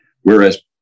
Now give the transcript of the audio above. Whereas